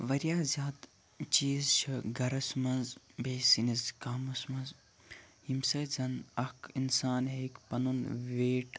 واریاہ زیادٕ چیٖز چھِ گَرَس مَنٛز بیٚیہِ سٲنِس گامَس مَنٛز ییٚمہِ سۭتۍ زَن اکھ اِنسان ہیٚکہِ پَنُن ویٹ